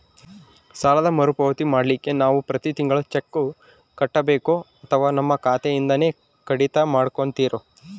ಸಾಲದ ಮರುಪಾವತಿ ಮಾಡ್ಲಿಕ್ಕೆ ನಾವು ಪ್ರತಿ ತಿಂಗಳು ಚೆಕ್ಕು ಕೊಡಬೇಕೋ ಅಥವಾ ನಮ್ಮ ಖಾತೆಯಿಂದನೆ ಕಡಿತ ಮಾಡ್ಕೊತಿರೋ?